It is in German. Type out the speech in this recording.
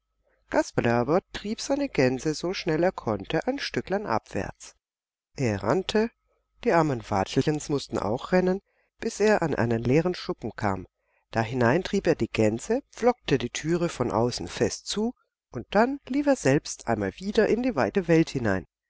kasperle aber trieb seine gänse so schnell er konnte ein stücklein abwärts er rannte die armen watschelchens mußten auch rennen bis er an einen leeren schuppen kam dahinein trieb er die gänse pflockte die türe von außen fest zu und dann lief er selbst einmal wieder in die weite welt hinein